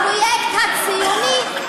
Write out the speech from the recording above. הפרויקט הציוני,